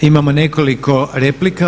Imamo nekoliko replika.